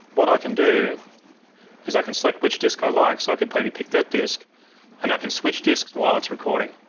what i can do is i can select which disk i like. so i could maybe pick that disk and i could switch disks while it's recording.